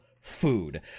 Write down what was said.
food